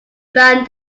band